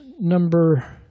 number